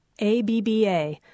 ABBA